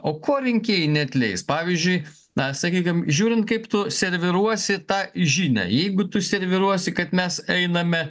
o ko rinkėjai neatleis pavyzdžiui na sakykim žiūrint kaip tu serviruosi tą žinią jeigu tu serviruosi kad mes einame